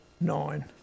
nine